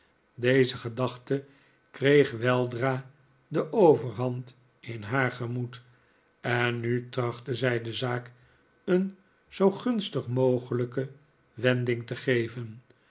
deze gedachte kreeg weldra de overhand in haar gemoed en nu trachtte zij de zaak een zoo gunstig mogelijke wending te geven